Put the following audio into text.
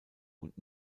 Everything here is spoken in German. und